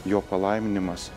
jo palaiminimas